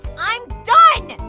i'm done.